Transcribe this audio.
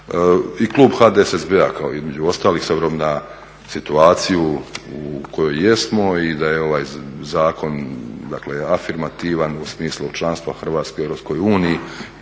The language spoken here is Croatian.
I klub HDSSB-a kao i ostali s obzirom na situaciju u kojoj jesmo i da je ovaj zakon dakle afirmativan u smislu članstva Hrvatske u EU i